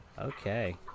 okay